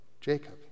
Jacob